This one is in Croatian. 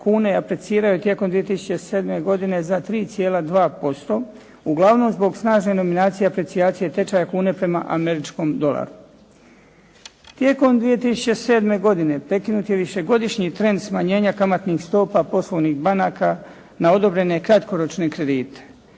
kune apliciraju tijekom 2007. godine za 3,2% uglavnom zbog snažne nominacije aplicijacije tečaja kune prema američkom dolaru. Tijekom 2007. godine prekinut je višegodišnji trend smanjenja kamatnih stopa poslovnih banaka na odobrene kratkoročne kredite.